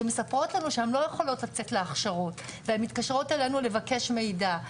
שמספרות לנו שהן לא יכולות לצאת להכשרות והן מתקשרות אלינו לבקש מידע.